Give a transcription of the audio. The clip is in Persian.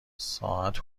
ساعت